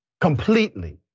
completely